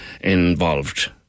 involved